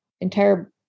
entire